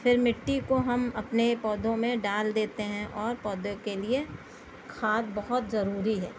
پھر مٹی کو ہم اپنے پودوں میں ڈال دیتے ہیں اور پودے کے لیے کھاد بہت ضروری ہے